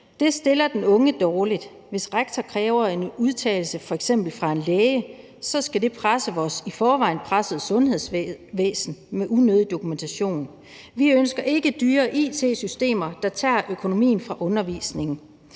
Det stiller den unge dårligt. Hvis rektor kræver en udtalelse fra f.eks. en læge, presser det vores i forvejen pressede sundhedsvæsen med unødig dokumentation. Vi ønsker ikke dyre it-systemer, der tager økonomien fra undervisningen.